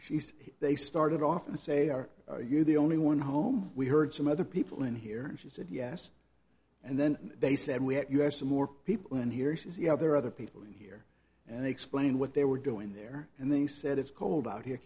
says they started off and say are you the only one home we heard some other people in here she said yes and then they said we have us some more people in here says yeah there are other people in here and explain what they were doing there and they said it's cold out here